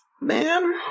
man